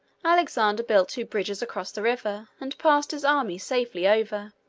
alexander built two bridges across the river, and passed his army safely over.